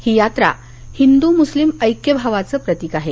ही यात्रा हिंदू मुस्लीम ऐक्य भावाच प्रतीक आहे